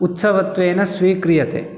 उत्सवत्वेन स्वीक्रियते